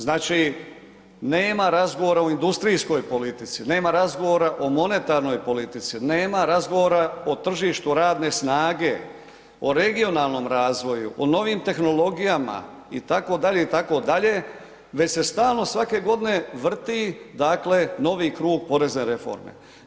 Znači nema razgovora o industrijskoj politici, nema razgovora o monetarnoj politici, nema razgovora o tržištu radne snage, o regionalnom razvoju, o novim tehnologijama itd., itd., već se stalno svake godine vrti dakle novi krug porezne reforme.